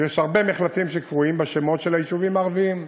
יש הרבה מחלפים שקרויים בשמות של היישובים הערביים.